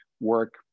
work